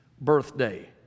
birthday